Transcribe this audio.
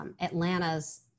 Atlanta's